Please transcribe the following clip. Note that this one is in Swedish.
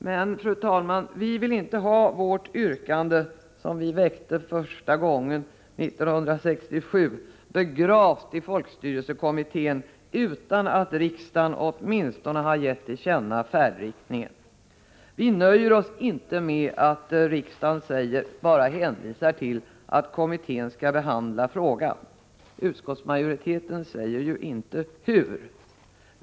Men, fru talman, vi vill inte ha vårt yrkande — som vi väckte första gången 1967 — begravt i folkstyrelsekommittén utan att riksdagen åtminstone har gett färdriktningen till känna. Vi nöjer oss inte med att utskottet bara hänvisar till att kommittén skall behandla frågan. Utskottsmajoriteten säger ju inte hur.